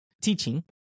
teaching